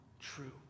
True